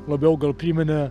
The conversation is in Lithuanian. labiau gal priminė